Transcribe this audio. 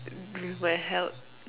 with my health